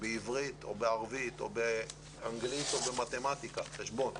בעברית או בערבית או באנגלית או במתמטיקה, חשבון,